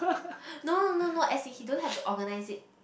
no no no as in he don't have to organise it